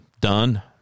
done